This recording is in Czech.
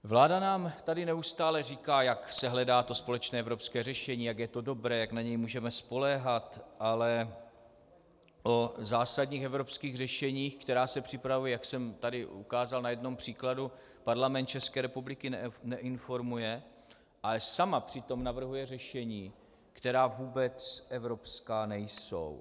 Vláda nám tady neustále říká, jak se hledá společné evropské řešení, jak je to dobré, jak na ně můžeme spoléhat, ale o zásadních evropských řešeních, která se připravují, jak jsem tady ukázal na jednom příkladu, Parlament České republiky neinformuje, ale sama přitom navrhuje řešení, která vůbec evropská nejsou.